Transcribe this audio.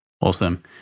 awesome